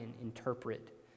interpret